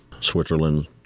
Switzerland